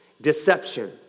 deception